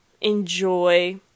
enjoy